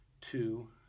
two